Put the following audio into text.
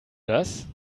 das